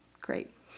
great